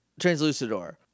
Translucidor